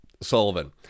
Sullivan